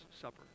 Supper